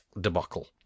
debacle